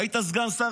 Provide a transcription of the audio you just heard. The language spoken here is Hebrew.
היית סגן שר.